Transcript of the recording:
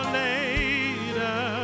later